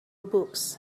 books